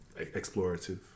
explorative